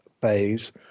phase